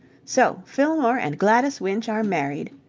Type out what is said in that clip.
so fillmore and gladys winch are married!